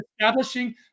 establishing